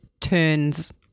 turns